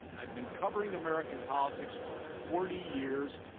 i've been covering american politics for forty years,